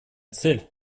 цель